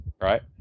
right